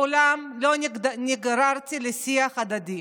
מעולם לא נגררתי לשיח הדדי.